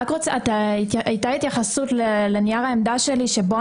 הייתה התייחסות לנייר העמדה שלי, שבו